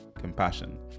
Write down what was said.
compassion